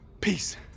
Peace